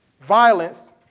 violence